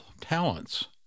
talents